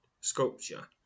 sculpture